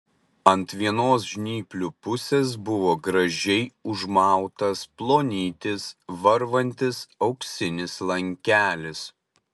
ant vienos žnyplių pusės buvo gražiai užmautas plonytis varvantis auksinis lankelis